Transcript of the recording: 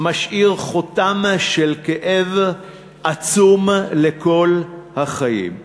משאיר חותם של כאב עצום לכל החיים.